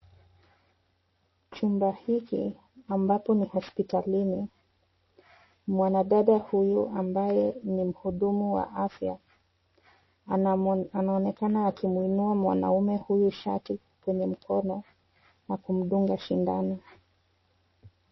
Chumba hiki ,ambapo ni hospitalini, mwanadada huyu ambaye ni mhuduu wa afya anaonekana akimuinua mwanaume huyu shati kwenye mkono na kumdunga sindano.